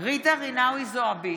ג'ידא רינאוי זועבי,